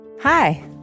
hi